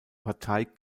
partei